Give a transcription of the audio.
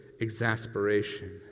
exasperation